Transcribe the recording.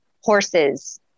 horses